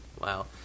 Wow